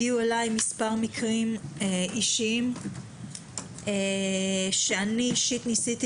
הגיעו אליי מספר מקרים אישיים שאני אישית ניסיתי